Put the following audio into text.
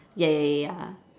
ya ya ya ya